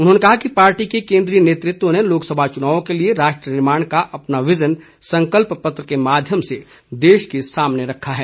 उन्होंने कहा कि पार्टी के केन्द्रीय नेतृत्व ने लोकसभा चुनावों के लिए राष्ट्र निर्माण का अपना विजन संकल्प पत्र के माध्यम से देश के सामने रखा है